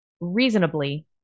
reasonably